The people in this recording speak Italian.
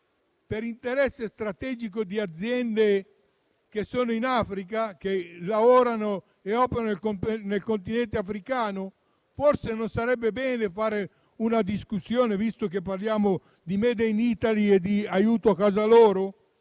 per l'interesse strategico di aziende che sono in Africa, che lavorano e operano nel Continente africano? Forse non sarebbe il caso di fare una discussione su questo, visto che parliamo di *made in Italy* e di aiuto a casa loro?